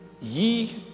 ye